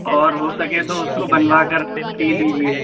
اور ہو سکے تو اس کو بنوا کر پی لیجیے